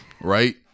right